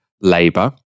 Labour